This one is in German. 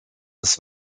des